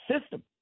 system